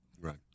Right